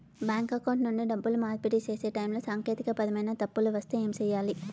bank account నుండి డబ్బులు మార్పిడి సేసే టైములో సాంకేతికపరమైన తప్పులు వస్తే ఏమి సేయాలి